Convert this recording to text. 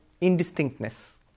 indistinctness